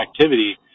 activity